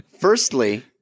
Firstly